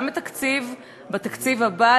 גם בתקציב הבא,